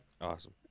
Awesome